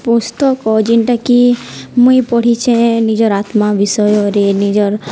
ପୁସ୍ତକ ଯେନ୍ଟାକି ମୁଇଁ ପଢ଼ିଛେ ନିଜର ଆତ୍ମା ବିିଷୟରେ ନିଜର